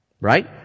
right